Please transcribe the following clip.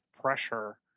pressure